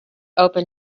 open